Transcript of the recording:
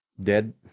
dead